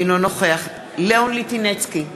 אינו נוכח לאון ליטינצקי,